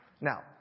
Now